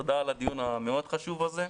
תודה על הדיון המאוד חשוב הזה.